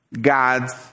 God's